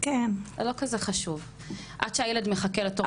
זה לא כזה חשוב עד שהילד מחכה לתור לפסיכולוגית.